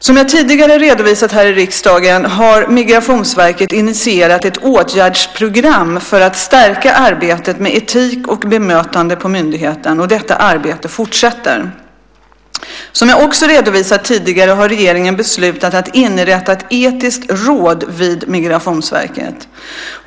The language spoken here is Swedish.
Som jag tidigare redovisat här i riksdagen har Migrationsverket initierat ett åtgärdsprogram för att stärka arbetet med etik och bemötande på myndigheten. Detta arbete fortsätter. Som jag också redovisat tidigare har regeringen beslutat att inrätta ett etiskt råd vid Migrationsverket.